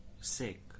Sick